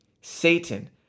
Satan